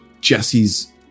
Jesse's